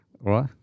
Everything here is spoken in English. Right